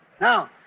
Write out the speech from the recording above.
Now